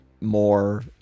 more